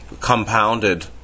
compounded